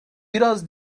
biraz